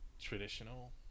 traditional